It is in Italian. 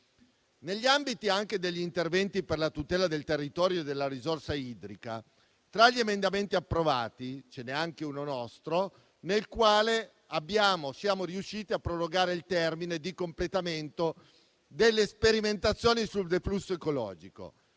Negli ambiti degli stessi interventi per la tutela del territorio e della risorsa idrica, tra gli emendamenti approvati ce n'è anche uno nostro nel quale siamo riusciti a prorogare il termine di completamento delle sperimentazioni sul deflusso ecologico,